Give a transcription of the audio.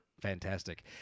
Fantastic